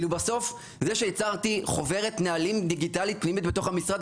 בסוף זה שיצרתי חוברת נהלים דיגיטלית פנימית בתוך המשרד,